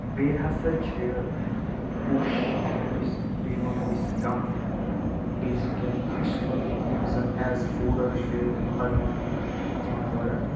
بیٚیہِ ہَسا چھِ کوٚش وَنو أسۍ بیٚیہِ وَنو أسۍ کَمہٕ بیٚیہِ چھِ کیٚنٛہہ کھٔش پھَل یِم زَن ایٚز فوٗڈَرس چھِ لَگان یِمَن جانوَرَن